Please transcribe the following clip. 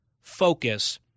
focus